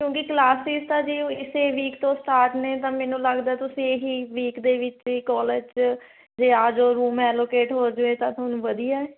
ਕਿਉਂਕਿ ਕਲਾਸਿਸ ਤਾਂ ਜੀ ਇਸੇ ਵੀਕ ਤੋਂ ਸਟਾਰਟ ਨੇ ਤਾਂ ਮੈਨੂੰ ਲੱਗਦਾ ਤੁਸੀਂ ਇਹੀ ਵੀਕ ਦੇ ਵਿੱਚੇ ਕੋਲਜ 'ਚ ਜੇ ਆ ਜਾਓ ਰੂਮ ਐਲੋਕੇਟ ਹੋ ਜਾਵੇ ਤਾਂ ਤੁਹਾਨੂੰ ਵਧੀਆ